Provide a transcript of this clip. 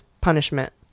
punishment